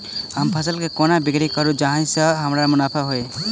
हम फसल केँ कोना बिक्री करू जाहि सँ हमरा मुनाफा होइ?